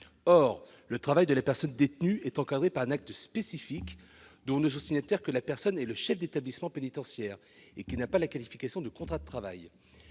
Or le travail de la personne détenue est encadré par un acte spécifique, dont ne sont signataires que la personne et le chef d'établissement pénitentiaire, et qui n'a pas la qualification de contrat de travail.